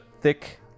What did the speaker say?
thick